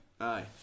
Aye